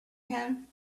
him